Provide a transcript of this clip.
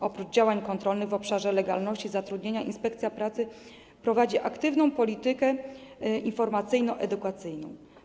Oprócz działań kontrolnych w obszarze legalności zatrudnienia inspekcja pracy prowadzi aktywną politykę informacyjno-edukacyjną.